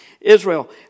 Israel